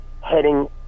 heading